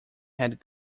had